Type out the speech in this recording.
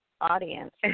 audience